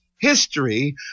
history